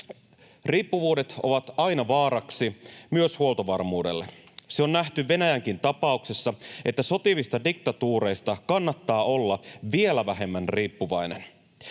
Riippuvuudet ovat aina vaaraksi myös huoltovarmuudelle. Se on nähty Venäjänkin tapauksessa, että sotivista diktatuureista kannattaa olla vielä vähemmän riippuvainen.